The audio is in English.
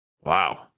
Wow